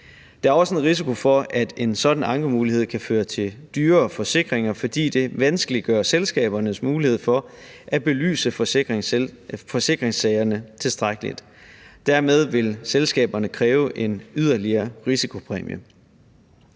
Der er også en risiko for, at en sådan ankemulighed kan føre til dyrere forsikringer, fordi det vanskeliggør selskabernes mulighed for at belyse forsikringssagerne tilstrækkeligt. Dermed vil selskaberne kræve en yderligere risikopræmie.